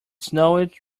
snowed